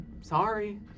sorry